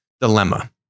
dilemma